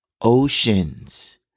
Oceans